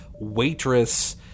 waitress-